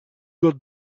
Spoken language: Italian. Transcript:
god